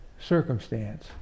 circumstance